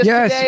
Yes